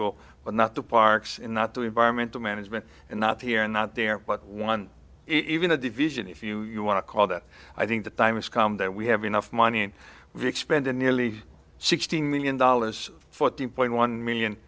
go but not the parks in not the environmental management and not here not there but one even a division if you want to call that i think the time has come that we have enough money expended nearly sixteen million dollars fourteen point one million